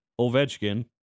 Ovechkin